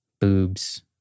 Boobs